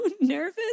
nervous